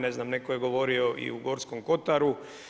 Ne znam netko je govorio i u Gorskom kotaru.